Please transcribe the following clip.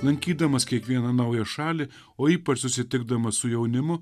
lankydamas kiekvieną naują šalį o ypač susitikdamas su jaunimu